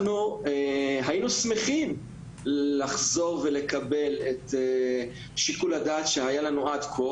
אנחנו היינו שמחים לחזור ולקבל את שיקול הדעת שהיה לנו עד כה